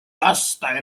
lasta